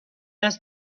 است